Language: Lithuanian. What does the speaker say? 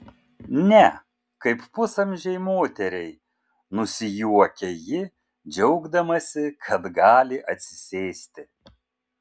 ne kaip pusamžei moteriai nusijuokia ji džiaugdamasi kad gali atsisėsti